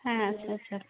হ্যাঁ আচ্ছা আচ্ছা